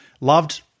loved